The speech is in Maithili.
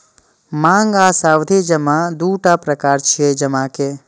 मांग आ सावधि जमा दूटा प्रकार छियै जमा के